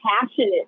passionate